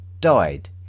died